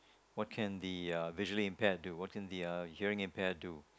what can the uh visually impaired do what can the uh hearing impaired do